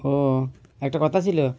ও একটা কথা ছিল